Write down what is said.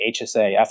HSA